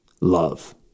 love